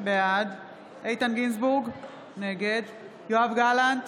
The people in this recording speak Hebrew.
בעד איתן גינזבורג, נגד יואב גלנט,